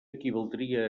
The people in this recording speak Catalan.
equivaldria